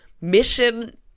Mission